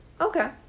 Okay